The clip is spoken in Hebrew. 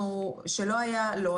שלא היה, לא.